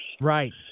Right